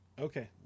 okay